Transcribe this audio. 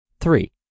three